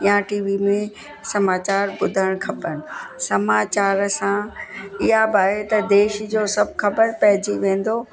या T V में समाचार ॿुधणु खपनि समाचार सां इहा बि आहे त देश जो सभु ख़बर पइजी वेंदो